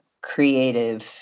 creative